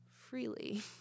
freely